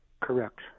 Correct